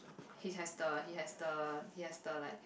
he has the he has the he has the like